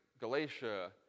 Galatia